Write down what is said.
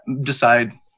decide